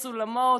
סולמות,